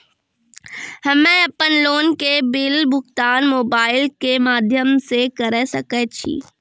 हम्मे अपन लोन के बिल भुगतान मोबाइल के माध्यम से करऽ सके छी?